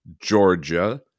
Georgia